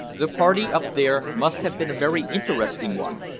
the party up there must have been a very interesting one.